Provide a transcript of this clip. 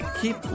keep